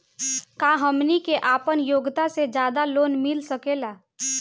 का हमनी के आपन योग्यता से ज्यादा लोन मिल सकेला?